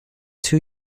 two